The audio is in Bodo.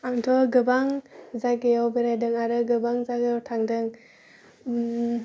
आंथ' गोबां जायगायाव बेरायदों आरो गोबां जायगायाव थांदों उम